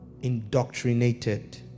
indoctrinated